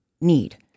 need